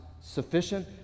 sufficient